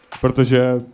protože